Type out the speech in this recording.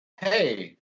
Hey